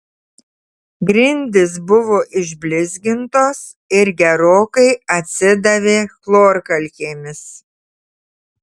grindys buvo išblizgintos ir gerokai atsidavė chlorkalkėmis